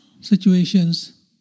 situations